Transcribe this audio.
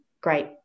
great